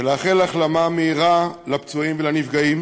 ולאחל החלמה מהירה לפצועים ולנפגעים.